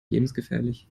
lebensgefährlich